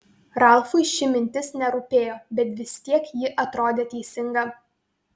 ralfui ši mintis nerūpėjo bet vis tiek ji atrodė teisinga